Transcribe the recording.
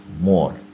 more